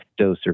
doser